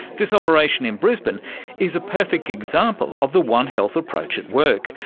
this operation in brisbane is a perfect example of the one health approach at work,